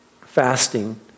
fasting